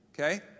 Okay